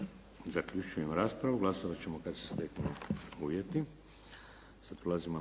Zaključujem raspravu. Glasovat ćemo kad se steknu uvjeti.